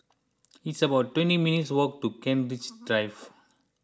it's about twenty minutes' walk to Kent Ridge Drive